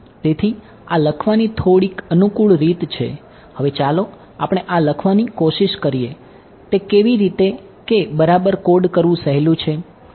તેથી આ લખવાની થોડીક અનુકૂળ રીત છે હવે ચાલો આપણે આ લખવાની કોશિશ કરીએ તે રીતે કે બરાબર કોડ કરવું સહેલું છે